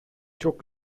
çok